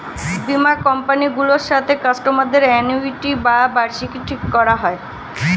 বীমা কোম্পানি গুলোর সাথে কাস্টমার দের অ্যানুইটি বা বার্ষিকী ঠিক করা হয়